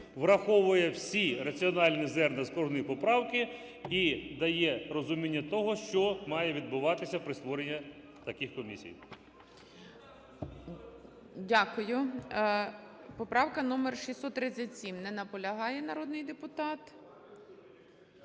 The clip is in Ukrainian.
враховує всі раціональні зерна з кожної поправки і дає розуміння того, що має відбуватися при створенні таких комісій.